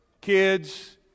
kids